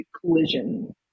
collision